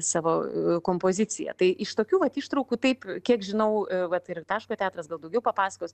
savo kompoziciją tai iš tokių pat ištraukų taip kiek žinau vat ir taško teatras gal daugiau papasakos